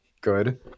good